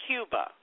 Cuba